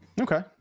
okay